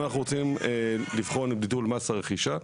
אנחנו רוצים לבחון את ביטול מס הרכישה.